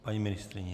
Paní ministryně?